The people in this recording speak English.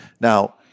Now